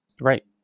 Right